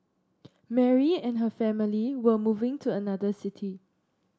Mary and her family were moving to another city